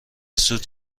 سوت